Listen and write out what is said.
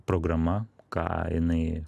programa ką jinai